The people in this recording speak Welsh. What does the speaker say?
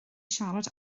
siarad